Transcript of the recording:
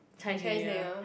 Chinese-New-Year